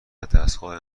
ودستگاه